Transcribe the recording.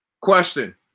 Question